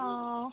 অঁ